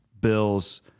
Bills